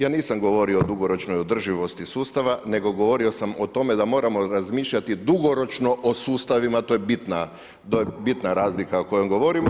Ja nisam govorio o dugoročnoj održivosti sustava nego govorio sam o tome da moramo razmišljati dugoročno o sustavima a to je bitna razlika o kojoj govorimo.